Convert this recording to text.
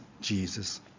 Jesus